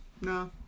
No